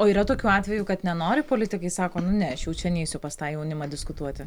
o yra tokių atvejų kad nenori politikai sako nu ne aš jau čia neisiu pas tą jaunimą diskutuoti